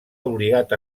obligat